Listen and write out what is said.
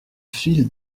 file